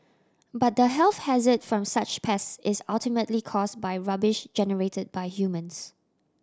but the health hazard from such pests is ultimately caused by rubbish generated by humans